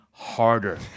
Harder